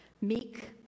Meek